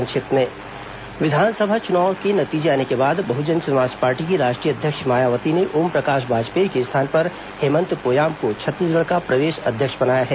संक्षिप्त समाचार विधानसभा चुनाव के नतीजे आने के बाद बहुजन समाज पार्टी की राष्ट्रीय अध्यक्ष मायावती ने ओमप्रकाश बाजपेयी के स्थान पर हेमंत पोयाम को छत्तीसगढ़ का प्रदेश अध्यक्ष बनाया है